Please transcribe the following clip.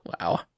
Wow